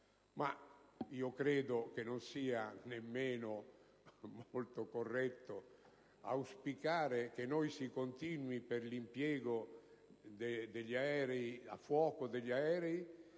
credo non sia nemmeno molto corretto auspicare che noi, per l'impiego a fuoco degli aerei,